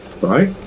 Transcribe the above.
right